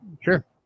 Sure